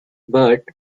bert